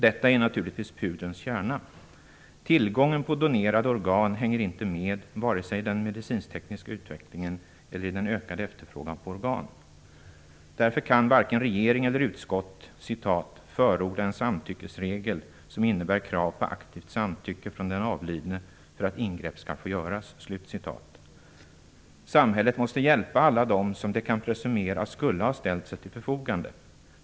Detta är naturligtvis pudelns kärna. Tillgången på donerade organ hänger inte med vare sig i den medicinsk-tekniska utvecklingen eller i den ökade efterfrågan på organ. Därför kan varken regering eller utskott "förorda en samtyckesregel som innebär krav på aktivt samtycke från den avlidne för att ingrepp skall få göras". Samhället måste hjälpa alla dem som det kan presumera skulle ha ställt sig till förfogande.